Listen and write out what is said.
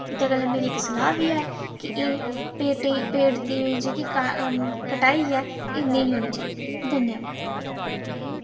इत्तै गल्लै मेरी इक सलाह् बी ऐ कि एह् पेड़ दी जेह्की कटाई ऐ एह् नेईं होनी चाहीदी धन्नबाद